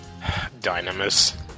Dynamis